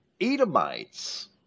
Edomites